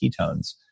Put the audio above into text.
ketones